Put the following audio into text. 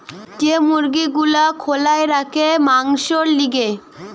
যে মুরগি গুলা খোলায় রাখে মাংসোর লিগে